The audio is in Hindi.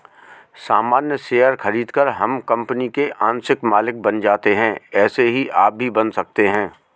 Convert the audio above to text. सामान्य शेयर खरीदकर हम कंपनी के आंशिक मालिक बन जाते है ऐसे ही आप भी बन सकते है